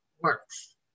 works